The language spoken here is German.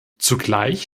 zugleich